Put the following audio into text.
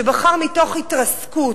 שבחר, מתוך התרסקות,